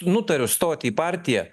nutariu stot į partiją